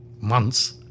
months